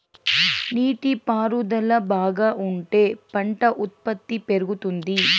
నీటి పారుదల బాగా ఉంటే పంట ఉత్పత్తి పెరుగుతుంది